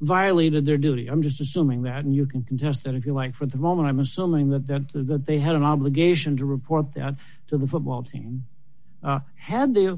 violated their duty i'm just assuming that and you can contest that if you like for the moment i'm assuming that then that they had an obligation to report that to the football team had the